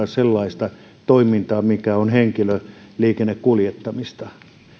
sellaista toimintaa mikä on henkilöliikennekuljettamista